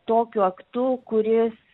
tokiu aktu kuris